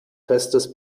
festes